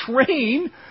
train